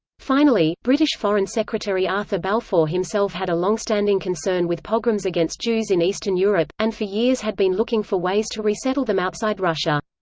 finally, british foreign secretary arthur balfour himself had a long-standing concern with pogroms against jews in eastern europe, and for years had been looking for ways to resettle them outside russia.